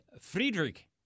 Friedrich